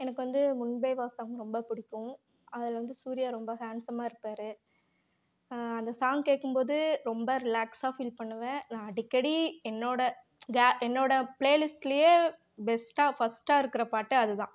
எனக்கு வந்து முன்பே வா சாங் ரொம்ப பிடிக்கும் அதில் வந்து சூரியா ரொம்ப ஹேண்ட்சம்மாக இருப்பார் அந்த சாங் கேட்கும்போது ரொம்ப ரிலாக்ஸாக ஃபீல் பண்ணுவேன் நான் அடிக்கடி என்னோடய க என்னோடய பிளேலிஸ்ட்லியே பெஸ்ட்டாக ஃபஸ்ட்டாக இருக்கிற பாட்டே அது தான்